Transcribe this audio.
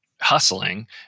Hustling